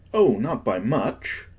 o, not by much!